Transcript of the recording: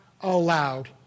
allowed